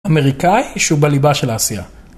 אמריקאי, שהוא בליבה של העשייה.